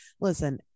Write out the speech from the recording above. Listen